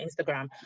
Instagram